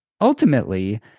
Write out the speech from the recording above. Ultimately